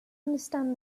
understand